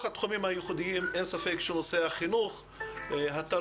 התחומים הייחודיים אין ספק שנושא החינוך והתרבות,